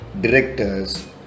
directors